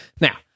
Now